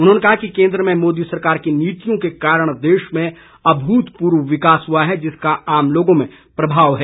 उन्होंने कहा कि केन्द्र में मोदी सरकार की नीतियों के कारण देश में अभूतपूर्व विकास हुआ है जिसका आम लोगों में प्रभाव है